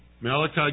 Malachi